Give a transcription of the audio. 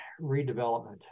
redevelopment